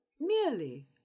merely